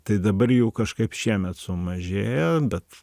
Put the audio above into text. tai dabar jų kažkaip šiemet sumažėjo bet